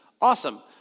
Awesome